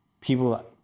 people